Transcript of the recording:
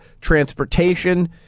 Transportation